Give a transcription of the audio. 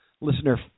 listener